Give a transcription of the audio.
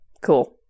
Cool